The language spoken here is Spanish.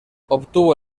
obtuvo